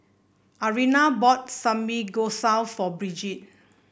Ariana bought Samgeyopsal for Brigid